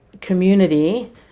community